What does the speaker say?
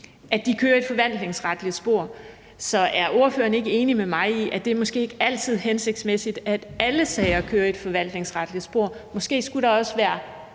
– kører i et forvaltningsretligt spor. Så er ordføreren ikke enig med mig i, at det måske ikke altid er hensigtsmæssigt, at alle sager kører i et forvaltningsretligt spor? Måske skulle der også være